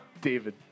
David